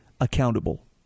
accountable